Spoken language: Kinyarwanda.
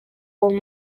uwo